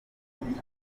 twifuza